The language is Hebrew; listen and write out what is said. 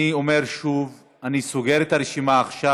אני אומר שוב: אני סוגר את הרשימה עכשיו,